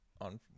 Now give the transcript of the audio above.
on